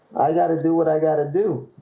i got to do what i got to do